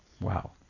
Wow